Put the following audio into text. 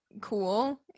cool